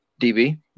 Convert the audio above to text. DB